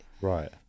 Right